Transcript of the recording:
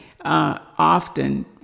often